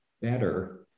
better